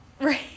Right